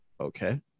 okay